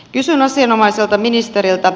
kysyn asianomaiselta ministeriltä